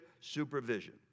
supervision